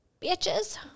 bitches